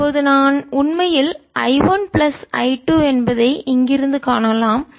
இப்போது நான் உண்மையில் I1 பிளஸ் I 2 என்பதை இங்கிருந்து காணலாம்